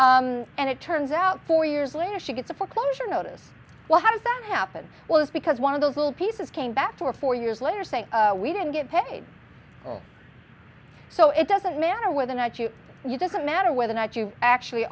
cash and it turns out four years later she gets a foreclosure notice well how does that happen was because one of those little pieces came back for four years later saying we didn't get paid so it doesn't matter whether or not you you doesn't matter whether or not you actually